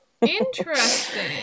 Interesting